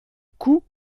coup